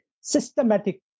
systematic